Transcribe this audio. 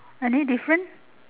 any different